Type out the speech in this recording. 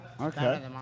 Okay